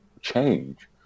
change